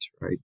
right